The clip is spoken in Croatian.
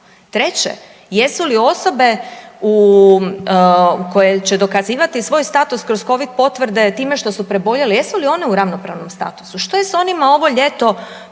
Treće, jesu li osobe koje će dokazivati svoj status kroz covid potvrde time što su preboljele, jesu li one u ravnopravnom statusu. Što je s onima ovo ljeto